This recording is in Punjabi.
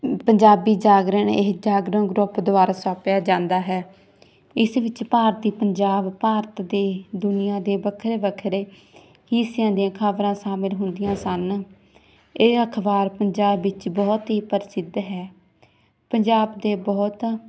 ਪੰਜਾਬੀ ਜਾਗਰਣ ਇਹ ਜਾਗਰਣ ਗਰੁੱਪ ਦੁਆਰਾ ਛਾਪਿਆ ਜਾਂਦਾ ਹੈ ਇਸ ਵਿੱਚ ਭਾਰਤੀ ਪੰਜਾਬ ਭਾਰਤ ਦੇ ਦੁਨੀਆਂ ਦੇ ਵੱਖਰੇ ਵੱਖਰੇ ਹਿੱਸਿਆਂ ਦੀਆਂ ਖ਼ਬਰਾਂ ਸ਼ਾਮਿਲ ਹੁੰਦੀਆਂ ਸਨ ਇਹ ਅਖ਼ਬਾਰ ਪੰਜਾਬ ਵਿੱਚ ਬਹੁਤ ਹੀ ਪ੍ਰਸਿੱਧ ਹੈ ਪੰਜਾਬ ਦੇ ਬਹੁਤ